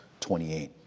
28